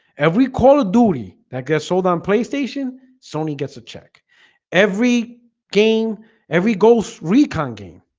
every call of duty that gets sold on playstation sony gets a check every game every ghost recon game